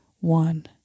One